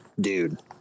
dude